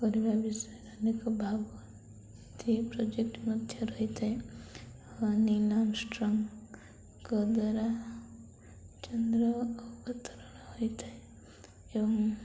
କରିବା ବିଷୟରେ ଅନେକ ଭାବ ସେ ପ୍ରୋଜେକ୍ଟ ମଧ୍ୟ ରହିଥାଏ ନିଲ ଆମଷ୍ଟରଙ୍ଗଙ୍କ ଦ୍ୱାରା ଚନ୍ଦ୍ର ଅବତରଣ ହୋଇଥାଏ ଏବଂ